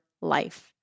life